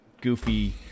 goofy